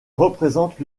représente